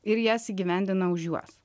ir jas įgyvendina už juos